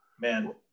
man